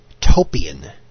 topian